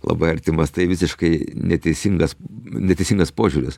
labai artimas tai visiškai neteisingas neteisingas požiūris